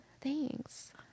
Thanks